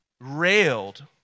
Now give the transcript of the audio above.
railed